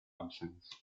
absence